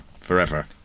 forever